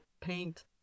paint